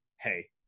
hey